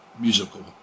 musical